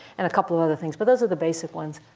and a couple other things. but those are the basic ones.